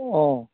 অ